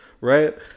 right